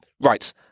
Right